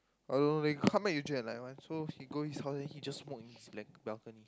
I don't know leh when come back usually like that [one] so he go his house he just walk in his like the balcony